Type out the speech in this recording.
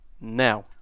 now